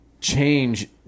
change